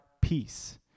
peace